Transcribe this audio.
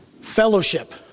Fellowship